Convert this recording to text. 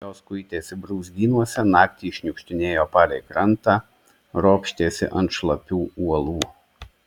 jos kuitėsi brūzgynuose naktį šniukštinėjo palei krantą ropštėsi ant šlapių uolų